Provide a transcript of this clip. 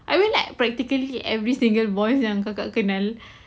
I mean like practically every single boys yang kakak kenal